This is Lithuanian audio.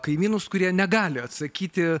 kaimynus kurie negali atsakyti